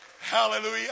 Hallelujah